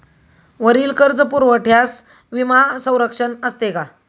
वरील कर्जपुरवठ्यास विमा संरक्षण असते का?